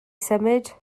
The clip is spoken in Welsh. symud